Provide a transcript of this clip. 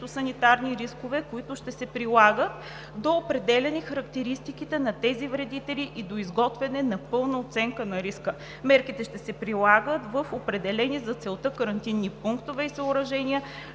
фитосанитарни рискове, които ще се прилагат до определяне характеристиките на тези вредители и до изготвяне на пълна оценка на риска. Мерките ще се прилагат в определени за целта карантинни пунктове и съоръжения